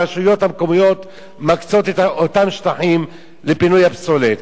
הרשויות המקומיות מקצות את אותם שטחים לפינוי הפסולת,